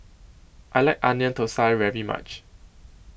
I like Onion Thosai very much